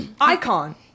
Icon